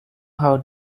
how